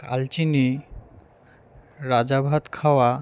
Kalchini Rajabhatkhawa